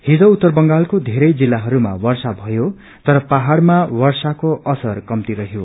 हिज उत्तर बंगालको वेरै जिल्लाहरूमा वर्षा भयो तर पहाइमा वर्षाको असर कन्ती रहयो